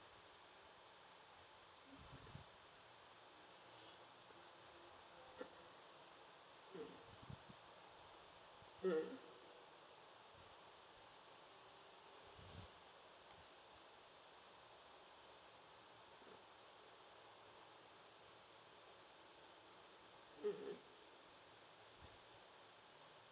mm mmhmm